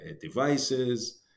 devices